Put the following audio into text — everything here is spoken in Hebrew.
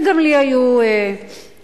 וגם לי היו קשיים,